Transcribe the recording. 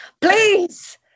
please